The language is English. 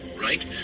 Right